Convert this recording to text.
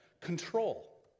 Control